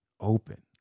open